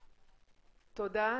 תודה.